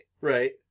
Right